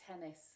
tennis